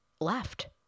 left